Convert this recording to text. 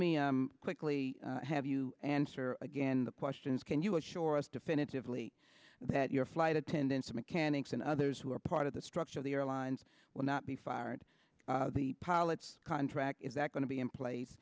me m quickly have you answer again the question is can you assure us definitively that your flight attendants mechanics and others who are part of the structure of the airlines will not be fired the pilots contract is that going to be in place